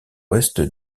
ouest